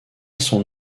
son